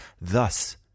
thus